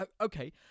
okay